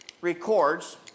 records